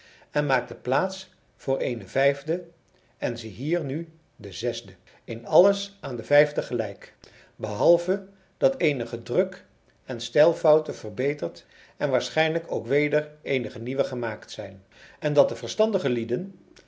en maakte plaats voor eene vijfde en zie hier nu de zesde in alles aan de vijfde gelijk behalve dat eenige druken stijlfouten verbeterd en waarschijnlijk ook weder eenige nieuwe gemaakt zijn en dat de verstandige lieden